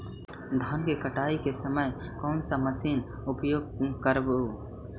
धान की कटाई के समय कोन सा मशीन उपयोग करबू?